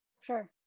Sure